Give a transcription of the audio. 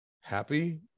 happy